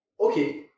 Okay